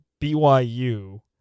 BYU